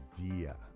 idea